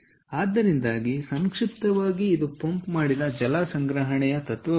ಆದ್ದರಿಂದ ಸಂಕ್ಷಿಪ್ತವಾಗಿ ಇದು ಪಂಪ್ ಮಾಡಿದ ಜಲ ಸಂಗ್ರಹಣೆಯ ತತ್ವವಾಗಿದೆ